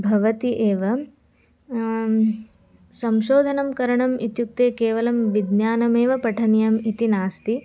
भवति एव संशोधनं करणम् इत्युक्ते केवलं विज्ञानमेव पठनीयम् इति नास्ति